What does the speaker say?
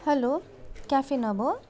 hello cafe नभ हो